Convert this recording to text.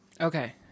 okay